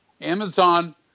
Amazon